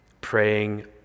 praying